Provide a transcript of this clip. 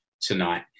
tonight